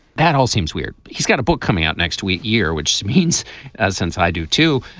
that all seems weird. he's got a book coming out next week year, which means as since i do too.